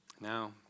Now